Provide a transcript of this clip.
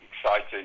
exciting